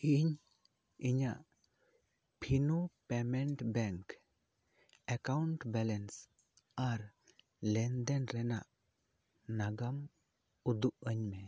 ᱤᱧ ᱤᱧᱟᱹᱜ ᱯᱷᱤᱱᱳ ᱯᱮᱢᱮᱱᱴ ᱵᱮᱝᱠ ᱮᱠᱟᱣᱩᱱᱴ ᱵᱮᱞᱮᱱᱥ ᱟᱨ ᱞᱮᱱ ᱫᱮᱱ ᱨᱮᱱᱟᱜ ᱱᱟᱜᱟᱢ ᱩᱫᱩᱜ ᱟᱹᱧ ᱢᱮ